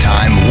Time